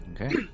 Okay